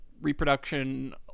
reproduction